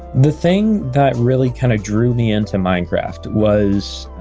the thing that really kind of drew me into minecraft was,